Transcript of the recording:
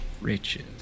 Riches